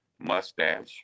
mustache